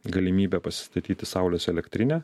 galimybę pasistatyti saulės elektrinę